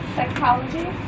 Psychology